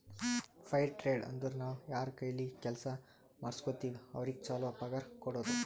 fire trade ಅಂದುರ್ ನಾವ್ ಯಾರ್ ಕೈಲೆ ಕೆಲ್ಸಾ ಮಾಡುಸ್ಗೋತಿವ್ ಅವ್ರಿಗ ಛಲೋ ಪಗಾರ್ ಕೊಡೋದು